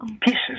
pieces